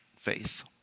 faith